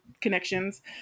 connections